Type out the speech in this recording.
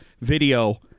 video